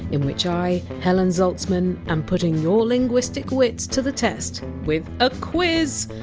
in which i, helen zaltzman, am putting your linguistic wits to the test with a quiz!